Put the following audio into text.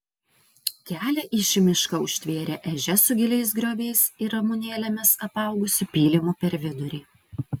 kelią į šį mišką užtvėrė ežia su giliais grioviais ir ramunėlėmis apaugusiu pylimu per vidurį